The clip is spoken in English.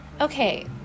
Okay